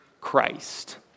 Christ